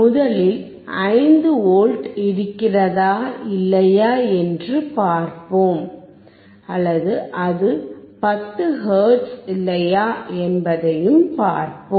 முதலில் 5 V இருக்கிறதா இல்லையா என்று பார்ப்போம் அல்லது அது 10 ஹெர்ட்ஸ் இல்லையா என்பதனையும் பார்ப்போம்